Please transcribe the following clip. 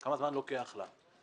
כמה זמן לוקח לתלונה כזאת.